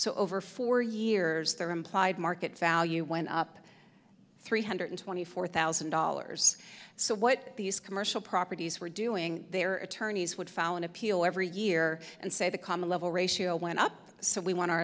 so over four years there implied market value went up three hundred twenty four thousand dollars so what these commercial properties were doing their attorneys would follow an appeal every year and say the common level ratio went up so we want our